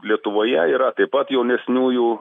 lietuvoje yra taip pat jaunesniųjų